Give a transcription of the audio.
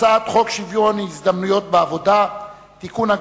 הצעת חוק שוויון ההזדמנויות בעבודה (תיקון,